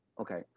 okay